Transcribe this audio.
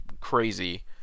crazy